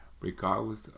regardless